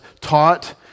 taught